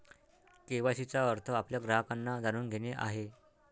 KYC चा अर्थ आपल्या ग्राहकांना जाणून घेणे आहे